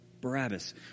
Barabbas